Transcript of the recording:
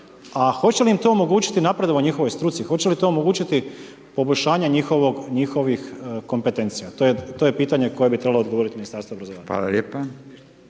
A hoće li im to omogućiti napredovanje u njihovoj struci, hoće li to omogućiti poboljšanje njihovih kompetencija? To je pitanje koje bi trebalo odgovoriti Ministarstvo obrazovanja.